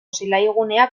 zelaigunea